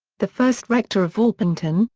the first rector of orpington,